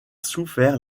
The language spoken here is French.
souffert